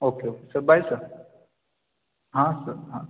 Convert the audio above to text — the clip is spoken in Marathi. ओके ओ सर बाय सर हां सर हां